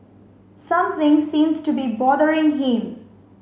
something seems to be bothering him